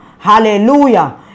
Hallelujah